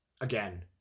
Again